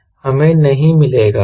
हमें नहीं मिलेगा